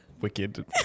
wicked